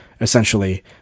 essentially